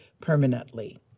permanently